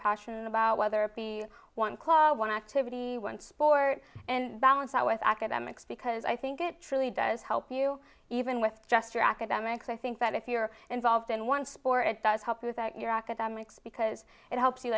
passionate about whether it be one club one activity one sport and balance out with academics because i think it truly does help you even with just your academics i think that if you're involved in one spore it does help with that your academics because it helps you